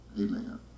Amen